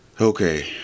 okay